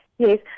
Yes